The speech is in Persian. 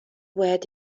باید